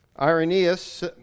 Irenaeus